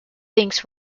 things